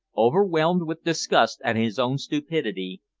overwhelmed with disgust at his own stupidity,